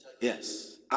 Yes